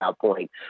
point